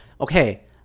okay